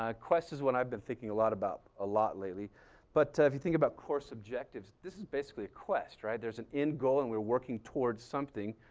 quests is what i've been thinking a lot about, a lot lately but if you think about course objectives, this is basically a quest, right. there's an end goal and we're working towards something.